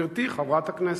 חברתי חברת הכנסת,